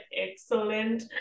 excellent